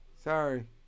Sorry